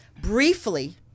briefly